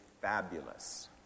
fabulous